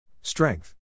Strength